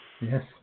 Yes